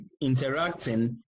interacting